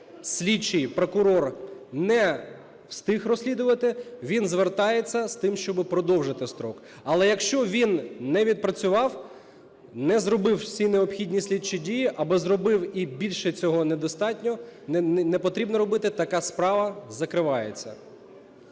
слідчий, прокурор не встиг розслідувати, він звертається з тим, щоби продовжити строк, але якщо він не відпрацював, не зробив усі необхідні слідчі дії або зробив і більше цього недостатньо, непотрібно робити, така справа закривається.